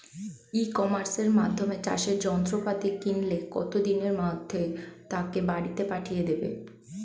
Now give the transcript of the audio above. ই কমার্সের মাধ্যমে চাষের যন্ত্রপাতি কিনলে কত দিনের মধ্যে তাকে বাড়ীতে পাঠিয়ে দেবে?